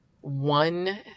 one